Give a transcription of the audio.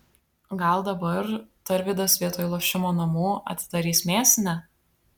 gal dabar tarvydas vietoj lošimo namų atidarys mėsinę